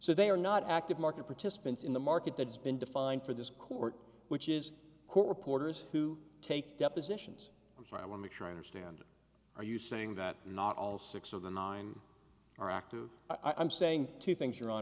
so they are not active market participants in the market that has been defined for this court which is court reporters who take depositions which i will make sure i understand are you saying that not all six of the nine are active i'm saying two things